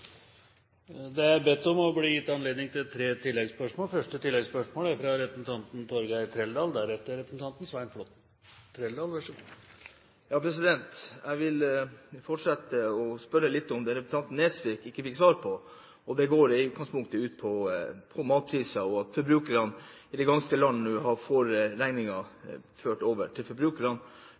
Det er bedt om og blir gitt anledning til tre oppfølgingsspørsmål – først Torgeir Trældal. Jeg vil fortsette å spørre litt om det representanten Nesvik ikke fikk svar på, og det går i utgangspunktet ut på matpriser og at forbrukerne i det ganske land nå får overført regningen på grunn av den mislykkede politikken som regjeringen Stoltenberg fører. I Norge har